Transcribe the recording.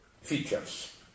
features